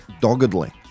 doggedly